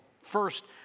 First